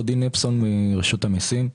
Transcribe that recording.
אני מרשות המיסים.